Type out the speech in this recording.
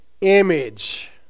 image